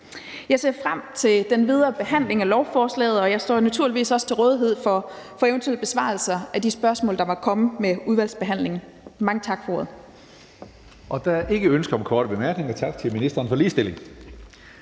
Jeg ser frem til den videre behandling af lovforslaget, og jeg står naturligvis også til rådighed for eventuelle besvarelser af de spørgsmål, der måtte komme iudvalgsbehandlingen. Mange tak for ordet.